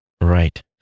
Right